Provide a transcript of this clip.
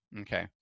Okay